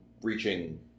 reaching